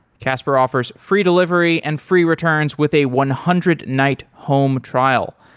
casper offers free delivery and free returns with a one hundred night home trial.